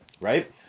right